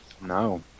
No